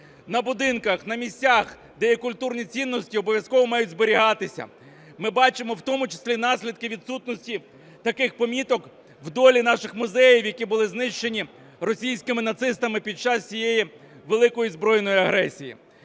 на будинках, на місцях, де є культурні цінності, обов'язково мають зберігатися. Ми бачимо, в тому числі, наслідки відсутності таких поміток в долі наших музеїв, які були знищені російськими нацистами під час цієї великої збройної агресії.